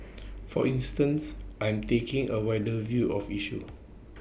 for instance I'm taking A wider view of issues